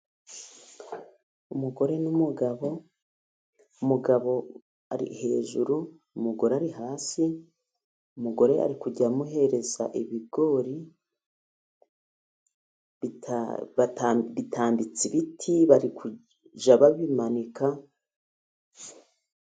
Umugore n'umugabo, umugabo ari hejuru umugore ari hasi umugore ari kujya amuhereza ibigori, hatambitse ibiti bari kujya babimanikaho.